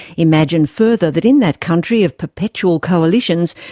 imagine further that in that country of perpetual coalitions,